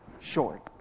short